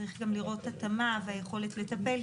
צריך גם לראות התאמה ויכולת לטפל,